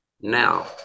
Now